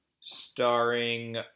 starring